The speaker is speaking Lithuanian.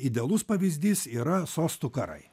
idealus pavyzdys yra sostų karai